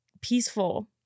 peaceful